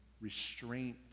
Restraint